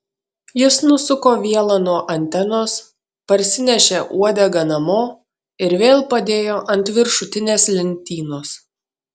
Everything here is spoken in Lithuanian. jis nusuko vielą nuo antenos parsinešė uodegą namo ir vėl padėjo ant viršutinės lentynos